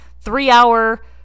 three-hour